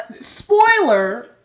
spoiler